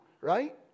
right